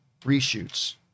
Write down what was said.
reshoots